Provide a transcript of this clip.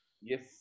Yes